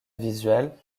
visual